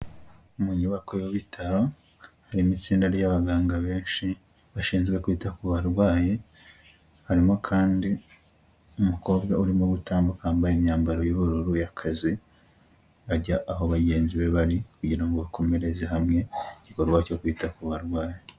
Mu nyubako y'ibitaro, harimo itsinda ry'abaganga benshi bashinzwe kwita ku barwayi, harimo kandi umukobwa urimo gutambuka wambaye imyambaro y'ubururu y'akazi, ajya aho bagenzi be bari kugira ngo bakomereze hamwe igikorwa cyo kwita ku barwayi.